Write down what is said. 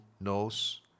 knows